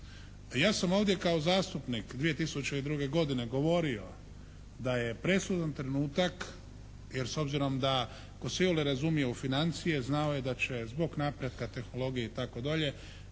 Ja sam ovdje kao zastupnik 2002. godine govorio da je presudan trenutak jer s obzirom da tko se iole razumije u financije znao je da će zbog napretka tehnologije i